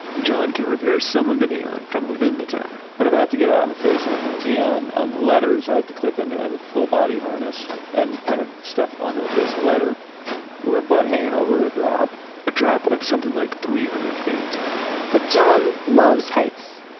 john can repair some of the neon from within the tower but, if i have to get out on the face and work on the neon on the letters i have to clip into it. i have a full body harness and kind of step onto the face of the letter with my butt hanging over a drop a drop of something like three hundred feet but john loves heights,